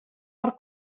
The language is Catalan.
per